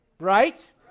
right